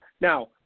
Now